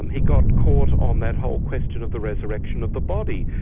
um he got caught on that whole question of the resurrection of the body,